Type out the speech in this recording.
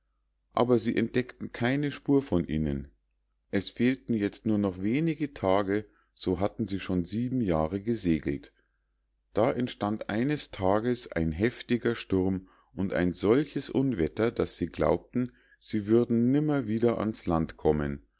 aber sie entdeckten keine spur von ihnen es fehlten jetzt nur noch wenig tage so hatten sie schon sieben jahre gesegelt da entstand eines tages ein heftiger sturm und ein solches unwetter daß sie glaubten sie würden nimmer wieder an's land kommen